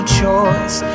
choice